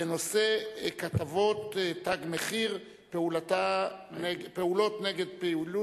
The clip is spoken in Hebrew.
בנושא: כתובות "תג מחיר" ופעולות נגד פעילה